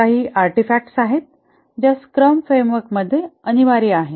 काही आर्टिफॅक्टस आहेत ज्या स्क्रम फ्रेमवर्कमध्ये अनिवार्य आहेत